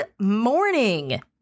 morning